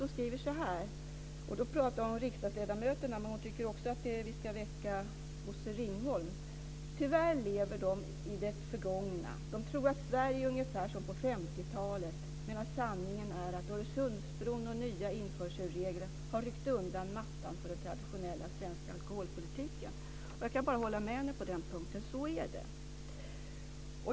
Hon skriver så här - och då talar hon om riksdagsledamöterna, men hon tycker också att vi ska väcka Bosse Ringholm: "Tyvärr lever de i det förgångna. De tror att Sverige är ungefär som på 1950-talet medan sanningen är att Öresundsbron och nya införselregler har ryckt undan mattan för den traditionella svenska alkoholpolitiken." Jag kan bara hålla med henne på den punkten. Så är det.